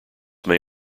may